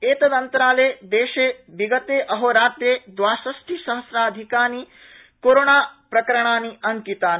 एदतन्तराले देशे विगते अहोरात्रे द्वाषष्टिसहस्राधिकानि कोरोणाप्रकरणानि अंकितानि